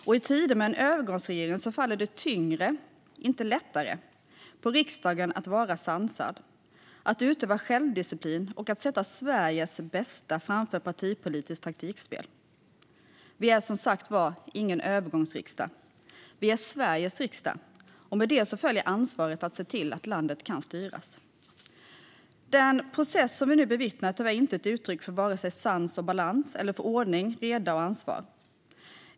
I tider med en övergångsregering faller det tyngre, inte lättare, på riksdagen att vara sansad, att utöva självdisciplin och att sätta Sveriges bästa framför partipolitiskt taktikspel. Vi är, som sagt, ingen övergångsriksdag. Vi är Sveriges riksdag. Med det följer ansvaret att se till att landet kan styras. Den process som vi nu bevittnar är tyvärr inte ett uttryck för vare sig sans och balans eller för ordning, reda och ansvar.